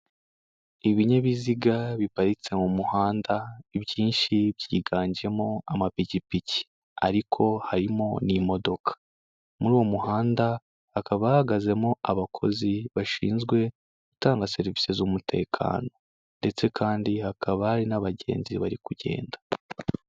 Umuhanda munini hakurya y'umuhanda hari inzu nini icururizwamo ibintu bitandukanye hari icyapa cy'amata n'icyapa gicuruza farumasi n'imiti itandukanye.